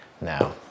now